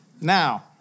Now